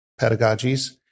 pedagogies